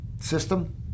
system